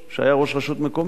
שהיה ראש רשות מקומית,